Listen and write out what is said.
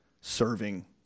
serving